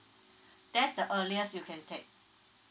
that's the earliest you can take